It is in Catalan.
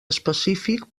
específic